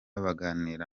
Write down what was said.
baganira